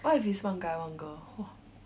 what if it's one guy one girl